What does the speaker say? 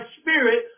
spirit